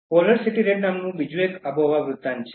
Polar City Red નામનું બીજું એક આબોહવા વૃતાંત છે